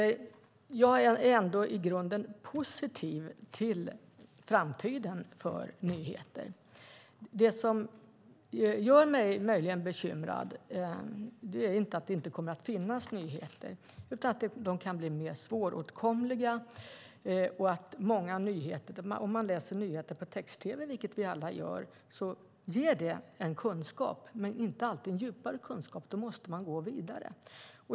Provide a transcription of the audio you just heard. Jag är ändå i grunden positiv till framtiden för nyhetsförmedlingen. Det som möjligen gör mig bekymrad är inte att det inte kommer att finnas nyheter, utan att de kan bli mer svåråtkomliga. Om man till exempel läser nyheter på text-tv får man en kunskap men inte alltid en djupare sådan, utan då måste man gå vidare.